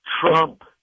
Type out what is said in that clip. Trump